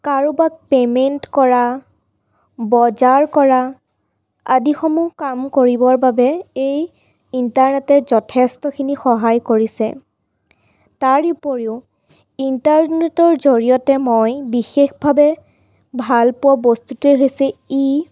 কাৰোবাক পে'মেণ্ট কৰা বজাৰ কৰা আদিসমূহ কাম কৰিবৰ বাবে এই ইণ্টাৰনেটে যথেষ্টখিনি সহায় কৰিছে তাৰ উপৰিও ইণ্টাৰনেটৰ জৰিয়তে মই বিশেষভাৱে ভালপোৱা বস্তুটোৱে হৈছে ই